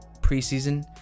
preseason